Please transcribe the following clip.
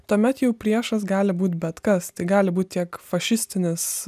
tuomet jau priešas gali būt bet kas tai gali būt tiek fašistinis